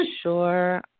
sure –